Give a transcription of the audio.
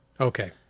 Okay